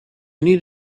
need